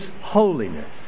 holiness